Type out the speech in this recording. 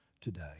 today